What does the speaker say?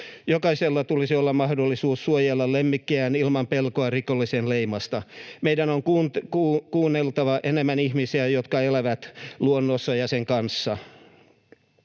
Jokaisella tulisi olla mahdollisuus suojella lemmikkejään ilman pelkoa rikollisen leimasta. Meidän on kuunneltava enemmän ihmisiä, jotka elävät luonnossa ja sen kanssa.